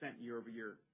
year-over-year